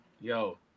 Yo